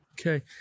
Okay